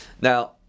Now